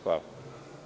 Hvala.